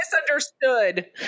misunderstood